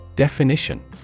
Definition